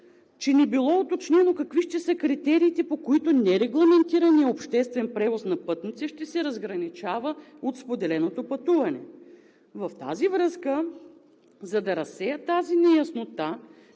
че не било уточнено какви ще са критериите, по които нерегламентираният обществен превоз на пътници ще се разграничава от споделеното пътуване. В тази връзка, за да разсея тази неяснота,